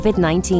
COVID-19